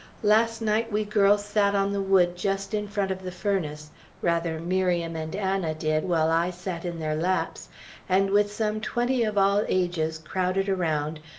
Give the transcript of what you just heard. last night we girls sat on the wood just in front of the furnace rather miriam and anna did, while i sat in their laps and with some twenty of all ages crowded around,